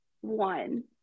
one